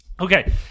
Okay